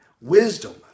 wisdom